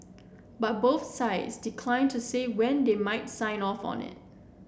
but both sides declined to say when they might sign off on it